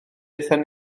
aethon